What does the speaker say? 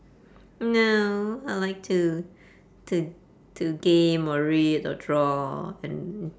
no I like to to to game or read or draw and